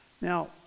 Now